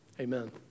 amen